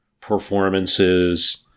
performances